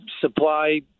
supply